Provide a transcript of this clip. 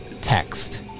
text